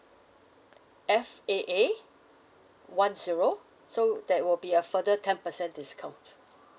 F A A one zero so that will be a further ten percent discount